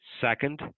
Second